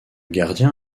gardien